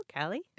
Callie